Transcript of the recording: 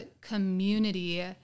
community